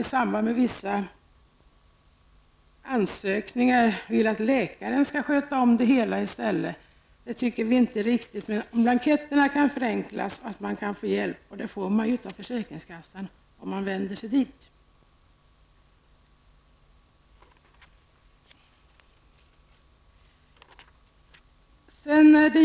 Däremot anser vi det inte vara riktigt, såsom som har föreslagits, att läkaren i stället skall svara för vissa ansökningar. Men blanketterna kan som sagt göras enklare, och naturligtvis skall man, liksom nu, kunna få hjälp av försäkringskassan om man vänder sig dit.